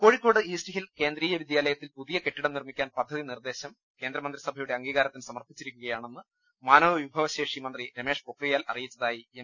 Kozhikode East Hill Kendriya വിദ്യാലയത്തിൽ പുതിയ കെട്ടിടം നിർമ്മിക്കാൻ പദ്ധതി നിർദ്ദേശം കേന്ദ്രമന്ത്രിസഭയുടെ അംഗീകാരത്തിന് സമർപ്പിച്ചിരിക്കുകയാണെന്ന് മാനവ വിഭവ ശേഷി മന്ത്രി രമേഷ് പൊക്രിയാൽ അറിയിച്ചതായി എം